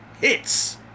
Hits